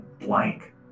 blank